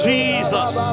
Jesus